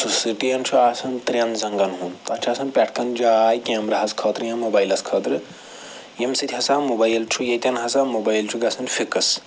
سُہ سِٹینڈ چھُ آسان ترٛٮ۪ن زنٛگن ہُنٛد تتھ چھِ آسان پٮ۪ٹھٕ کن جاے کیمراہس خٲطرٕ یا موبایلس خٲطرٕ ییٚمہِ سۭتۍ ہَسا موبایل چھُ ییٚتٮ۪ن ہسا موبایل چھُ گَژھان فِکٕس